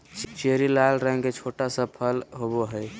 cherry लाल रंग के छोटा सा फल होबो हइ